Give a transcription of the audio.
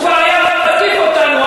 הוא כבר היה מתקיף אותנו,